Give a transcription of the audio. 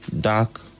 dark